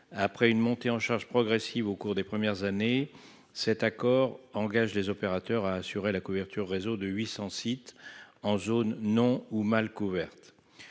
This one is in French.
après une montée en charge progressive au cours des premières années, cet accord engage les opérateurs à assurer la couverture réseau de 800 sites en zone non ou mal couvertes,